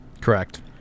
Correct